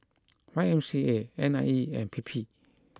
Y M C A N I E and P P